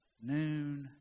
noon